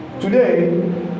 Today